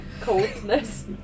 coldness